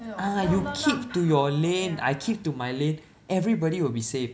ah you keep to your lane I keep to my lane everybody will be saved